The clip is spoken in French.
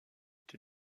été